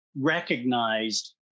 recognized